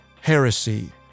heresy